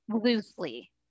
loosely